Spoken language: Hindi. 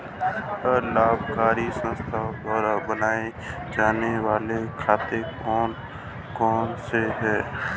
अलाभकारी संस्थाओं द्वारा बनाए जाने वाले खाते कौन कौनसे हैं?